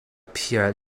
pierre